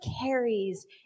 carries